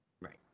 Right